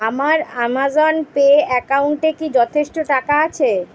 আমার Amazon Pay অ্যাকাউন্টে কি যথেষ্ট টাকা আছে